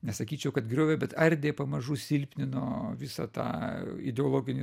nesakyčiau kad griovė bet ardė pamažu silpnino visą tą ideologinį